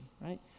right